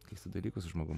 keistų dalykų su žmogum